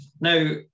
Now